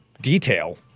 detail